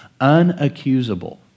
Unaccusable